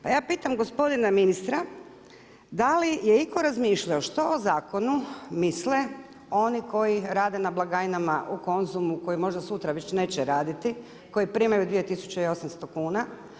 Pa ja pitam gospodina ministra da li je itko razmišljao što o zakonu misle oni koji rade na blagajnama u Konzumu koje možda već sutra neće raditi, koji primaju 2 800 kuna?